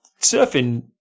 surfing